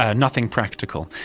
ah nothing practical.